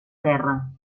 guerra